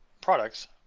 products